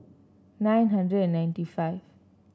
nine hundred and ninety five